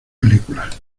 películas